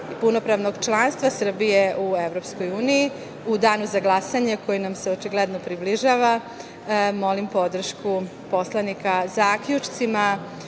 punopravnog članstva Srbije u EU.U danu za glasanje koji nam se očigledno približava, molim podršku poslanika zaključcima